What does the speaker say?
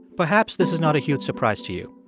perhaps this is not a huge surprise to you.